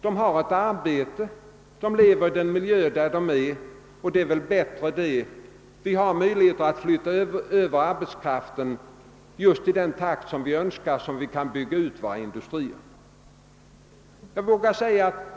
De fick leva i den miljö de var vana vid, och man flyttade över arbetskraften just i den takt man byggde ut industrin.